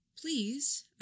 Please